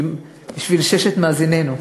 בשביל ששת מאזינינו.